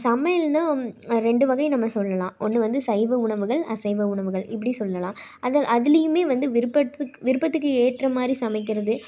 சமையல்னால் ரெண்டு வகை நம்ம சொல்லலாம் ஒன்று வந்து சைவ உணவுகள் அசைவ உணவுகள் இப்படி சொல்லலாம் அதை அதிலியுமே வந்து விருட்பத் விருப்பத்துக்கு ஏற்ற மாதிரி சமைக்கிறது